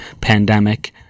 pandemic